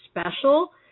special